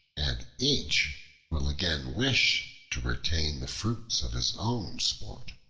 and each will again wish to retain the fruits of his own sport.